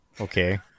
Okay